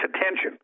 attention